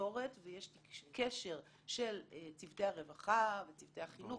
תקשורת ויש קשר של צוותי הרווחה וצוותי החינוך